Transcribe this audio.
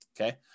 Okay